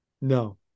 no